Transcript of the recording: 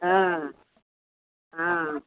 ହଁ ହଁ